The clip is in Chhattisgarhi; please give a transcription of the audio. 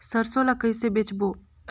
सरसो ला कइसे बेचबो?